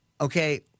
Okay